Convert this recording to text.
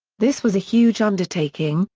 this was a huge undertaking,